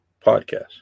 podcast